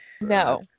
No